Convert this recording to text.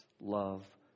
love